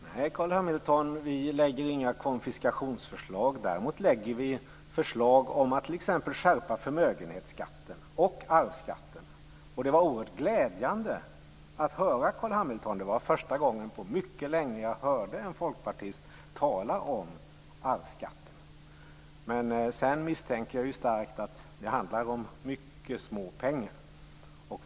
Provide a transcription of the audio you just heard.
Herr talman! Nej, Carl B Hamilton, vi lägger inte fram några konfiskationsförslag. Däremot lägger vi fram förslag om att man skall skärpa förmögenhetsskatten och arvsskatten. Det var oerhört glädjande att höra Carl Hamilton. Det var första gången på mycket länge som jag hörde en folkpartist tala om arvsskatten. Men jag misstänker starkt att det handlar om mycket små pengar.